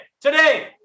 today